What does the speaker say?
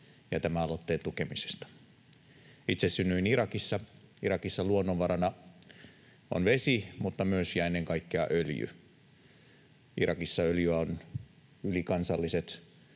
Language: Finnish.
ja tämän aloitteen tukemisesta. Itse synnyin Irakissa. Irakissa luonnonvarana on vesi mutta myös ja ennen kaikkea öljy. Irakissa öljyä ovat ylikansalliset